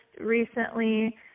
recently